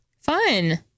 Fun